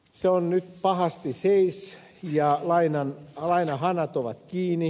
se on nyt pahasti seis ja lainahanat ovat kiinni